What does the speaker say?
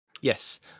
Yes